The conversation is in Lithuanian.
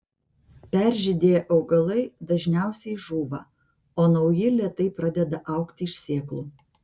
peržydėję augalai dažniausiai žūva o nauji lėtai pradeda augti iš sėklų